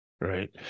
Right